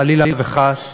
חלילה וחס,